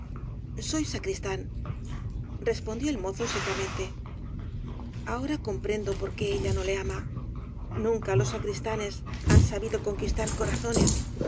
soy sacristán respondió el mozo secamente ahora comprendo por qué ella no le ama nunca los sacristanes han sabido conquistar corazones